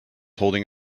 holding